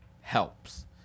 helps